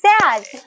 sad